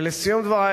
ולסיום דברי,